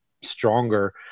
stronger